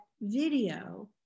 video